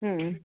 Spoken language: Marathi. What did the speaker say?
हं